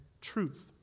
truth